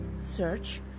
search